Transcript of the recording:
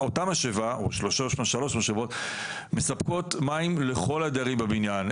אותן משאבות מספקות מים לכל הדיירים בבניין,